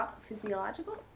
physiological